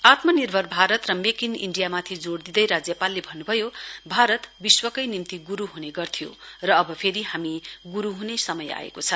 आत्मनिर्भर भारत र make in इण्डियामाथि जोड़ दिँदै राज्यपालले भन्नुभयो भारत विश्वकै निम्ति शुरू ह्न्थ्यो र अब फेरि हामी शुरू ह्ने समय आएको छ